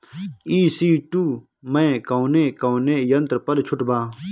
ई.सी टू मै कौने कौने यंत्र पर छुट बा?